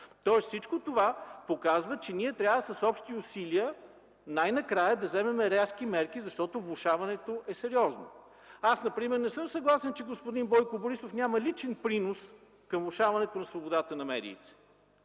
тоест всичко това показва, че ние трябва с общи усилия най-накрая да вземем резки мерки, защото влошаването е сериозно. Аз например не съм съгласен, че господин Бойко Борисов няма личен принос към влошаването на свободата на медиите,